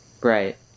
Right